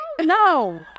no